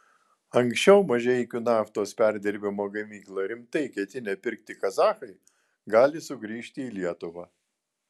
anksčiau mažeikių naftos perdirbimo gamyklą rimtai ketinę pirkti kazachai gali sugrįžti į lietuvą